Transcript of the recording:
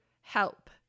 help